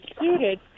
suited